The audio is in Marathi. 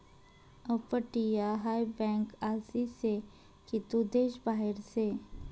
अपटीया हाय बँक आसी से की तू देश बाहेर से